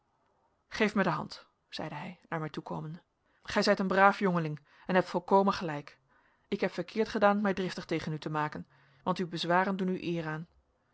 geef mij de hand zeide hij naar mij toekomende gij zijt een braaf jongeling en hebt volkomen gelijk ik heb verkeerd gedaan mij driftig tegen u te maken want uw bezwaren doen u